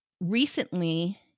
Recently